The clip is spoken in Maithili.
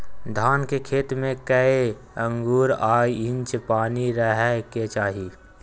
धान के खेत में कैए आंगुर आ इंच पानी रहै के चाही?